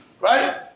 right